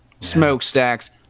smokestacks